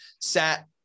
sat